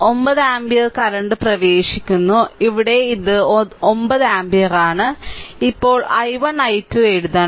9 ampere current പ്രവേശിക്കുന്നു ഇവിടെ ഇത് 9 ആമ്പിയർ ആണ് ഇപ്പോൾ i1 i2 എഴുതണം